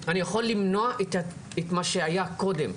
אני יכול למנוע את מה שהיה קודם.